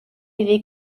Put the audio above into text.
iddi